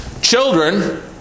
children